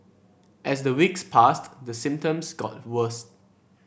as the weeks passed the symptoms got worse